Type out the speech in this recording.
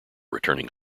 returning